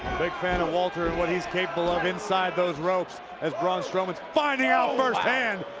big fan of walter and what he's capable of inside those ropes, as braun strowman's finding out first hand.